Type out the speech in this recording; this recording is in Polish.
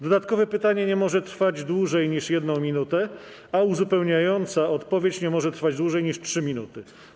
Dodatkowe pytanie nie może trwać dłużej niż 1 minutę, a uzupełniająca odpowiedź nie może trwać dłużej niż 3 minuty.